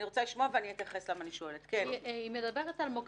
אני חושבת שהדיון הזה הוא דיון מורכב,